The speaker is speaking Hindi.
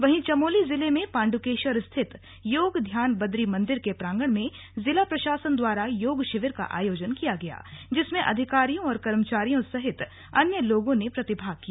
वहीं चमोली जिले में पाण्डुकेश्वर स्थित योग ध्यान बद्गी मंदिर के प्रांगण में जिला प्रशासन द्वारा योग शिविर का आयोजन किया गया जिसमें अधिकारियों कर्मचारियों सहित अन्य लोगों ने प्रतिभाग किया